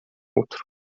outro